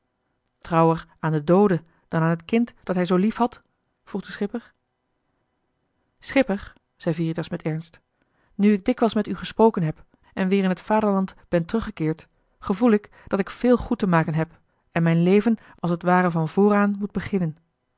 trouwer aan den doode dan aan het kind dat hij zoo liefhad vroeg de schipper schipper zei veritas met ernst nu ik dikwijls met u gesproken heb en weer in t vaderland ben teruggekeerd gevoel ik dat ik veel goed te maken heb en mijn leven als t ware van voren aan moet beginnen